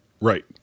Right